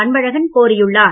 அன்பழகன் கோரியுள்ளார்